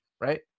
right